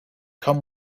come